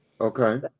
Okay